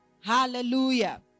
Hallelujah